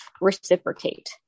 reciprocate